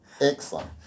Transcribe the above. Excellent